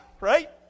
right